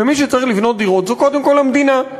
ומי שצריכה לבנות דירות זו קודם כול המדינה.